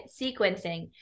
sequencing